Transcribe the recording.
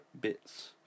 bits